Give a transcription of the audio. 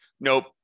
Nope